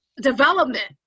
development